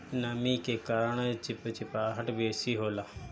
नमी के कारण चिपचिपाहट बेसी होला